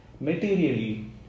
Materially